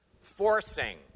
forcing